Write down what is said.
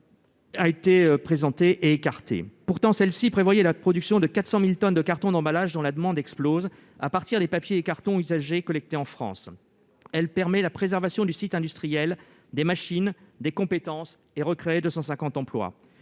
a été écartée. Pourtant, celle-ci prévoit la production de 400 000 tonnes de cartons d'emballage, dont la demande explose, à partir des papiers et cartons usagés, collectés en France. Elle permet la préservation du site industriel, des machines, des compétences et recrée 250 emplois.